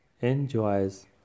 enjoys